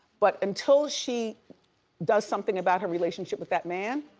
but until she does something about her relationship with that man,